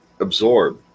absorb